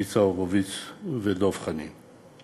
ניצן הורוביץ ודב חנין.